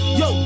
yo